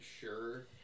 sure